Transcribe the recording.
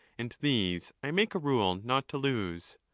and these i make a rule not to lose.